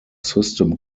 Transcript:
system